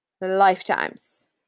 lifetimes